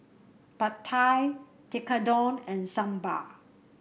Pad Thai Tekkadon and Sambar